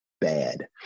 bad